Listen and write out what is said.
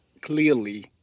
clearly